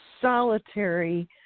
solitary